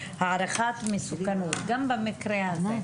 הערכת מסוכנות גם במקרה הזה,